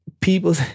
People